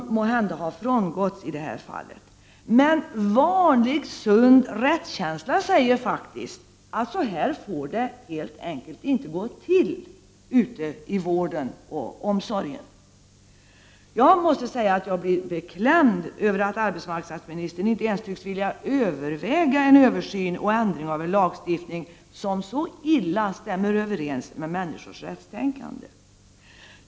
Dessa tycks ha frångåtts i detta fall, men vanlig, sund rättskänsla säger faktiskt att så här får det helt enkelt inte gå till ute i vården och omsorgen! Jag måste säga att jag blir beklämd över att arbetsmarknadsministern inte ens tycks vilja överväga en översyn och ändring av en lagstiftning som så illa stämmer överens med människors rättstänkande.